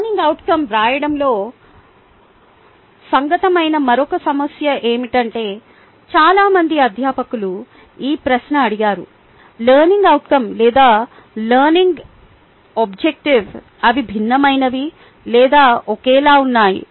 learning outcome వ్రాయడంలో సంగతమైన మరో సమస్య ఏమిటంటే చాలా మంది అధ్యాపకులు ఈ ప్రశ్న అడిగారు లెర్నింగ్ అవుట్కం లేదా లెర్నింగ్ ఆబ్జెక్టివ్ అవి భిన్నమైనవి లేదా ఒకేలా ఉన్నాయి